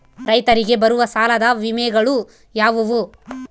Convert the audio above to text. ರೈತರಿಗೆ ಬರುವ ಸಾಲದ ವಿಮೆಗಳು ಯಾವುವು?